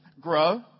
grow